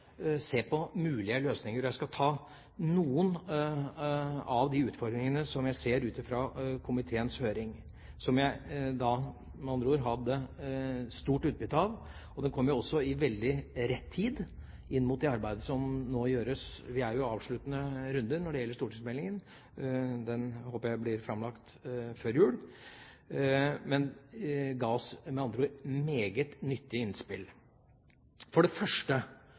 se på mulige løsninger. Jeg skal ta noen av de utfordringene som jeg ser ut fra komiteens høring, som jeg hadde stort utbytte av. Den kom i veldig rett tid inn mot det arbeidet som nå gjøres. Vi er jo i avsluttende runde når det gjelder stortingsmeldingen, som jeg håper blir framlagt før jul. Høringen ga oss, med andre ord, meget nyttige innspill. For det første: